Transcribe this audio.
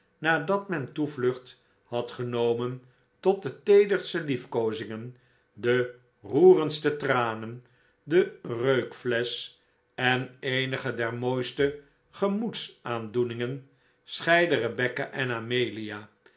nadat men toevlucht had genomen tot de teederste lief koozingen de roerendste tranen de reukflesch en eenige der mooiste gemoedsaandoeningen scheidden rebecca en amelia